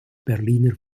berliner